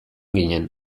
ginen